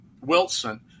Wilson